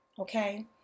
okay